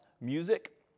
music